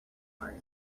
heart